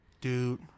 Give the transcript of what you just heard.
dude